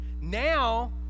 Now